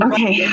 Okay